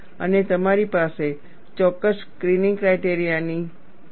અને તમારી પાસે ચોક્કસ સ્ક્રીનીંગ ક્રાઇટેરિયા છે